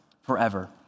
forever